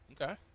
Okay